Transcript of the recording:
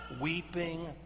weeping